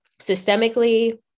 systemically